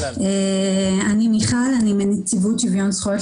אני רק אסביר שבחודש פברואר אושרו פה בוועדה תקנות שוויון זכויות